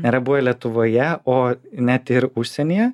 nėra buvę lietuvoje o net ir užsienyje